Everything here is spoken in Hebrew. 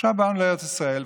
עכשיו באנו לארץ ישראל,